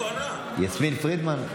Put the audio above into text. יסמין פרידמן.